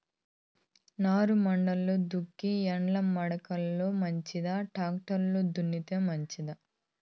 నారుమడిలో దుక్కి ఎడ్ల మడక లో మంచిదా, టాక్టర్ లో దున్నితే మంచిదా?